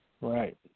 Right